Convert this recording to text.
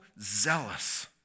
zealous